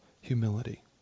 humility